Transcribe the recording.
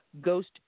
Ghost